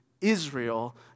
Israel